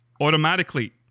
automatically